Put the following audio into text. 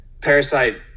Parasite